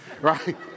right